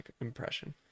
impression